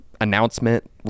announcement